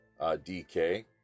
DK